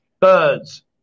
birds